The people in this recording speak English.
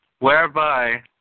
whereby